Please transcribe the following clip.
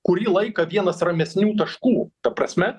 kurį laiką vienas ramesnių taškų ta prasme